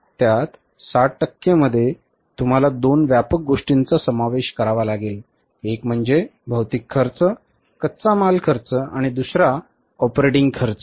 त्या 60 टक्के मध्ये तुम्हाला दोन व्यापक गोष्टींचा समावेश करावा लागेल एक म्हणजे भौतिक खर्च कच्चा माल खर्च आणि दुसरा ऑपरेटिंग खर्च